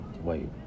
wait